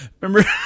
Remember